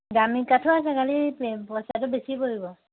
দামী কাঠো আছে খালী পইচাটো বেছি পৰিব